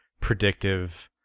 predictive